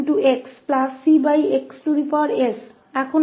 और हमारे पास 𝑈𝑥 𝑠 1s1xcxs है